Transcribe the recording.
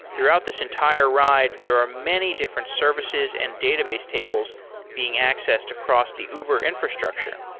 throughout this entire ride, there are many different services and database tables being accessed across the uber infrastructure.